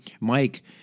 Mike